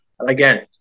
again